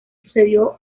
sucedió